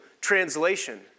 translation